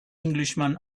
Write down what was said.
englishman